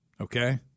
Okay